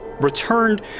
Returned